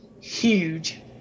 huge